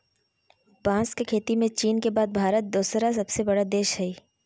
बांस के खेती में चीन के बाद भारत दूसरा सबसे बड़ा देश हइ